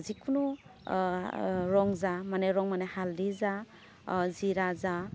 जेखुनु रं जा माने रं माने हालदै जा जिरा जा